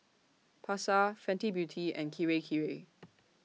Pasar Fenty Beauty and Kirei Kirei